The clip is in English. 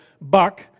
Buck